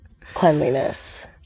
cleanliness